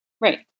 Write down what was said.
Right